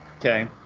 Okay